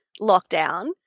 lockdown